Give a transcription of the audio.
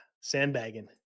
Sandbagging